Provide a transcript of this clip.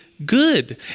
good